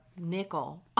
nickel